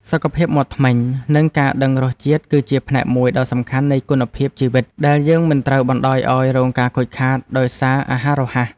សុខភាពមាត់ធ្មេញ និងការដឹងរសជាតិគឺជាផ្នែកមួយដ៏សំខាន់នៃគុណភាពជីវិតដែលយើងមិនត្រូវបណ្តោយឲ្យរងការខូចខាតដោយសារអាហាររហ័ស។